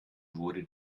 wurde